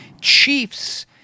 Chiefs